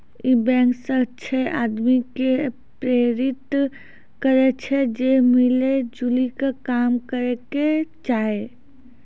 इ बैंक जे छे आदमी के प्रेरित करै छै जे मिली जुली के काम करै के चाहि